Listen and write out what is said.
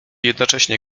jednocześnie